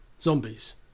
zombies